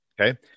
Okay